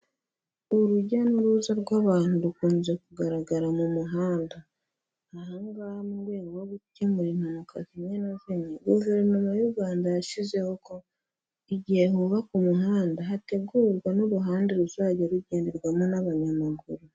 Urujya n'uruza rw'abantu rukunze kugaragara mu muhanda, aha ngaha mu rwego rwo gukemura impanuka zimwe na zimwe, guverinoma y'u Rwanda yashyizeho ko igihe hubakwa umuhanda, hategurwa n'uruhande ruzajya rugenderwamo n'abanyamaguru.